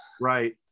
Right